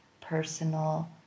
personal